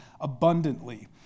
abundantly